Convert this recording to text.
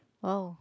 !wow!